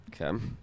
Okay